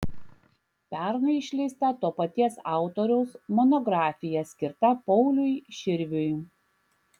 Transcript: pernai išleista to paties autoriaus monografija skirta pauliui širviui